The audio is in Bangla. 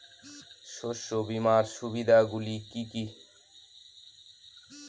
শস্য বিমার সুবিধাগুলি কি কি?